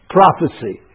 prophecy